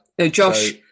Josh